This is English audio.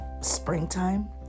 springtime